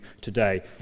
today